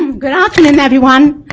um good afternoon, everyone.